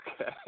okay